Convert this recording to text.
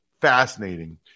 Fascinating